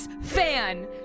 fan